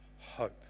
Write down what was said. hope